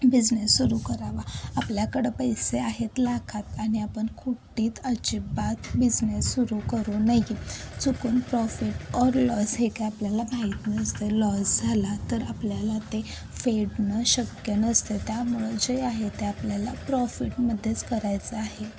business सुरू करावा आपल्याकडं पैसे आहेत लाखात आणि आपण कोटीत अजिबात बिझनेस सुरू करू नाही चुकून प्रॉफिट ऑर लॉस हे काय आपल्याला माहीत नसतं आहे लॉस झाला तर आपल्याला ते फेडणं शक्य नसतं आहे त्यामुळं जे आहे ते आपल्याला प्रॉफिटमध्येच करायचं आहे